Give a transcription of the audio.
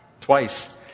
Twice